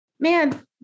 man